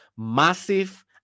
Massive